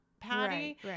Patty